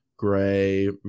Gray